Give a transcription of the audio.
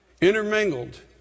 intermingled